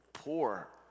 Poor